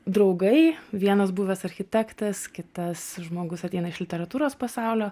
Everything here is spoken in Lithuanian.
draugai vienas buvęs architektas kitas žmogus ateina iš literatūros pasaulio